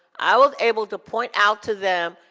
i was able to point out to them,